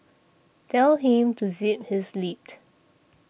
tell him to zip his lip